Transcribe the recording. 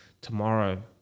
tomorrow